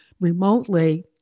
remotely